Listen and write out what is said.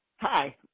Hi